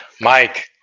Mike